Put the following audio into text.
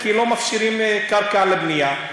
כי לא מפשירים קרקע לבנייה.